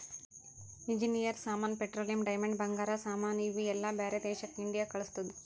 engineer ಸಾಮಾನ್, petroleum, diamond, ಬಂಗಾರ ಸಾಮಾನ್ ಇವು ಎಲ್ಲಾ ಬ್ಯಾರೆ ದೇಶಕ್ ಇಂಡಿಯಾ ಕಳುಸ್ತುದ್